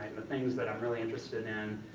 the things that i'm really interested in